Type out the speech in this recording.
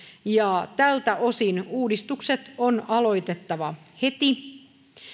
ja tältä osin uudistukset on aloitettava heti